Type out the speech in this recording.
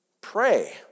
Pray